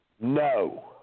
No